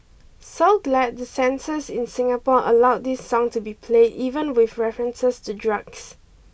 so glad the censors in Singapore allowed this song to be played even with references to drugs